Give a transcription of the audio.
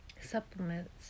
Supplements